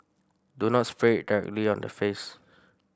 do not spray directly on the face